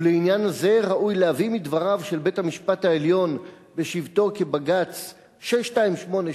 ולעניין זה ראוי להביא מדבריו של בית-המשפט העליון בשבתו כבג"ץ 6288,